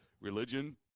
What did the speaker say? religion